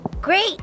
Great